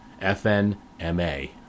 FNMA